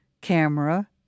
camera